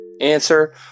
Answer